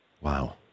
Wow